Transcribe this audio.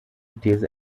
these